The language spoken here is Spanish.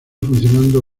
funcionando